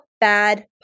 Bad